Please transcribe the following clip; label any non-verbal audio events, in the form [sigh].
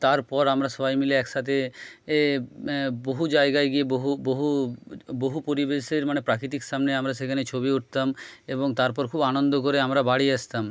তারপর আমরা সবাই মিলে একসাথে [unintelligible] [unintelligible] বহু জায়গায় গিয়ে বহু বহু বহু পরিবেশের মানে প্রাকৃতিক সামনে আমরা সেখানে ছবি উঠতাম এবং তারপর খুব আনন্দ করে আমরা বাড়ি আসতাম